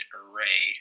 array